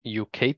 UK